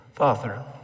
Father